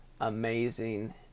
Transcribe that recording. amazing